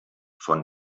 von